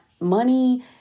money